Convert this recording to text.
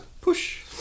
Push